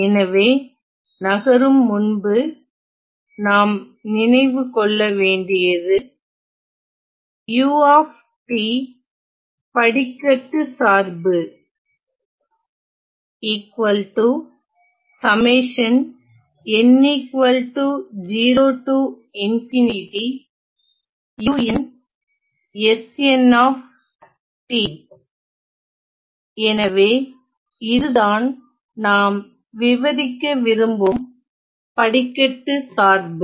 எனவே நகரும் முன்பு நாம் நினைவு கொள்ள வேண்டியது u Staircase function u படிக்கட்டுச்சார்பு எனவே இதுதான் நாம் விவரிக்க விரும்பும் படிக்கட்டுச்சார்பு